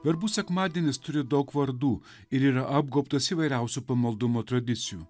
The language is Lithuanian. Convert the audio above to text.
verbų sekmadienis turi daug vardų ir yra apgobtas įvairiausių pamaldumo tradicijų